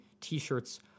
T-shirts